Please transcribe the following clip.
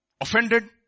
offended